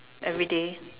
everyday